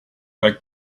back